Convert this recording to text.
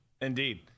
Indeed